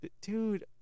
dude